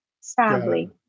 sadly